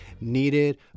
needed